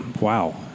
Wow